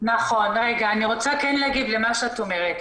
אני רוצה להגיב למה שאת אומרת,